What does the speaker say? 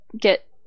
get